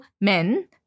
men